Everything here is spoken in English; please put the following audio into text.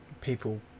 people